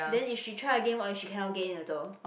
then if she try again what if she cannot get in also